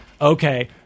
okay